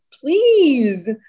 Please